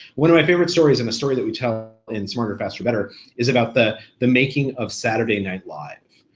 one of my favorite stories and a story that we tell in smarter faster better is about the the making of saturday night live,